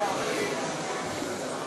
בלתי הגיוני.